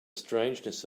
strangeness